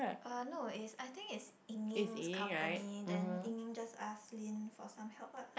uh no it's I think it's Ying-Ying's company then Ying-Ying just ask Lin for some help lah